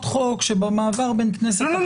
חוק שבמעבר בין כנסת אחת לשנייה --- לא,